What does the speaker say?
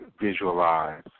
visualize